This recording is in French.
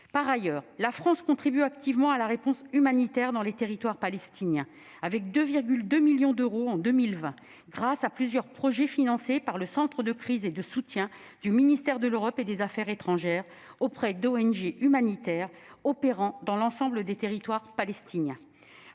Par ailleurs, la France contribue activement à la réponse humanitaire dans les territoires palestiniens, avec 2,2 millions d'euros en 2020, grâce à plusieurs projets financés par le centre de crise et de soutien du ministère de l'Europe et des affaires étrangères auprès d'ONG humanitaires opérant dans l'ensemble des territoires palestiniens.